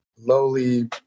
lowly